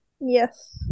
Yes